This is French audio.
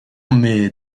mais